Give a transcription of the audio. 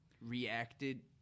reacted